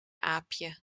aapje